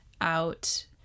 out